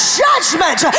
judgment